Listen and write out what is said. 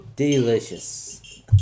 Delicious